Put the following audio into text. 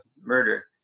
murder